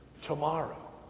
tomorrow